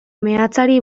meatzari